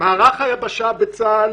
"מערך היבשה בצה"ל